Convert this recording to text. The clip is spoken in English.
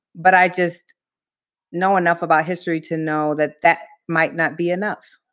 but i just know enough about history to know that that might not be enough.